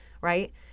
right